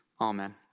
Amen